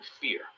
fear